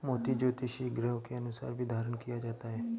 मोती ज्योतिषीय ग्रहों के अनुसार भी धारण किया जाता है